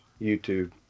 YouTube